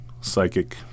psychic